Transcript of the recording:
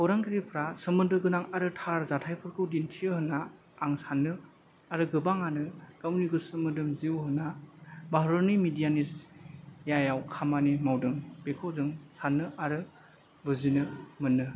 खौरांगिफोरा सोमोन्दो गोनां आरो थार जाथायफोरखौ दिन्थियो होनना आं सानो आरो गोबाङानो गावनि गोसो मोदोम जिउ होना भारतनि मिदियानियाव खामानि मावदों बेखौ जों साननो आरो बुजिनो मोनो